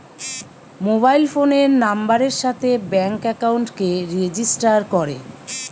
mobile ফোনের নাম্বারের সাথে ব্যাঙ্ক একাউন্টকে রেজিস্টার করে